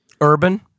Urban